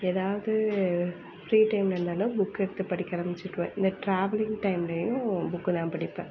எதாவது free time இருந்தாலும் book எடுத்து படிக்க ஆரம்மிச்சிக்குவேன் இல்லை ட்ராவலிங் டைம்லேயும் புக்குதான் படிப்பேன்